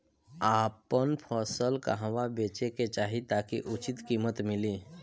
आपन फसल कहवा बेंचे के चाहीं ताकि उचित कीमत मिली?